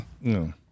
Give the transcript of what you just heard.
No